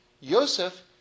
Yosef